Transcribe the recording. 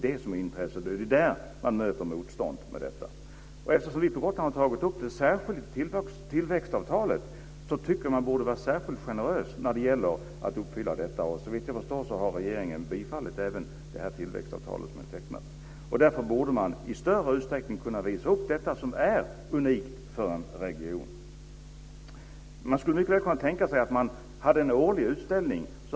Det är där motståndet finns. Vi på Gotland har tagit med det här särskilt i tillväxtavtalet, och då borde det vara särskilt generöst att uppfylla detta. Såvitt jag förstår har regeringen bifallit det tillväxtavtal som har tecknats. Därför borde det i större utsträckning vara möjligt att visa upp det som är unikt för en region. Man skulle kunna tänka sig en årlig utställning.